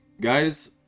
Guys